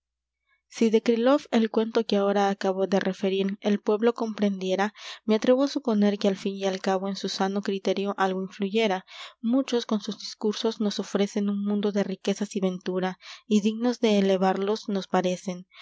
si de kriloff el cuento que ahora acabo de referir el pueblo comprendiera me atrevo á suponer que al fin y al cabo en su sano criterio algo i n ñ u y e r a muchos con sus discursos nos ofrecen un mundo de riquezas y ventura y dignos de elevarlos nos parecen